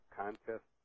contest